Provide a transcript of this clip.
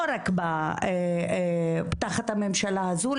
לא רק תחת הממשלה הזו,